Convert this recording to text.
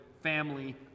family